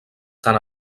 tant